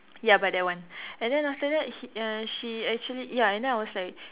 ya but that one and then after that he uh she actually ya and then I was like